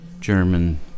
German